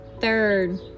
third